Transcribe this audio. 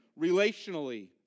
relationally